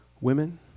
women